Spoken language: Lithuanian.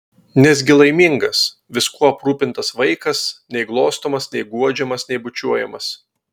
nesgi laimingas viskuo aprūpintas vaikas nei glostomas nei guodžiamas nei bučiuojamas